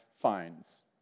fines